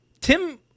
Tim